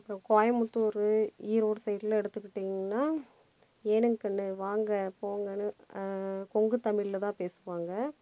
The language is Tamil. அப்புறோம் கோயமுத்தூர் ஈரோடு சைடில் எடுத்துக்கிட்டிங்கனால் ஏனுங்கண்ணு வாங்க போங்கனு கொங்கு தமிழில்தான் பேசுவாங்க